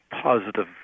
positive